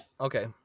Okay